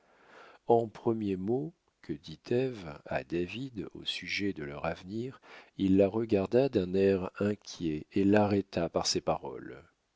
au premier mot que dit ève à david au sujet de leur avenir il la regarda d'un air inquiet et l'arrêta par ces paroles